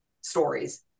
stories